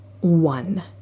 one